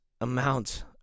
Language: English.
amount